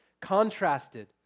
contrasted